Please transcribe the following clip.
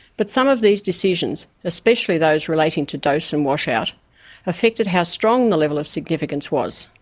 but some of these decisions especially those relating to dose and washout affected how strong the level of significance was.